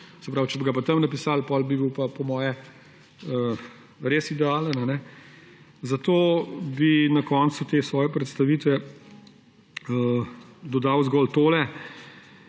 Se pravi, če bi ga pa tam zapisali, potem bi bil pa, po moje, res idealen, kajne. Zato bi na koncu te svoje predstavitve dodal zgolj to,